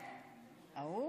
ההוא?